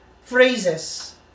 phrases